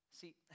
See